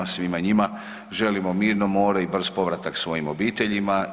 Svima njima želimo mirno more i brz povratak svojim obiteljima.